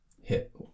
hit